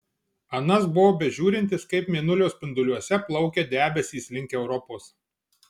anas buvo bežiūrintis kaip mėnulio spinduliuose plaukia debesys link europos